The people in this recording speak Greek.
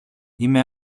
είμαι